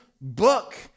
book